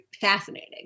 fascinating